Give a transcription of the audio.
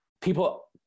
people